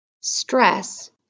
Stress